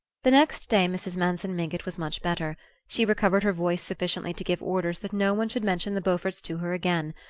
the next day mrs. manson mingott was much better she recovered her voice sufficiently to give orders that no one should mention the beauforts to her again,